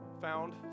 found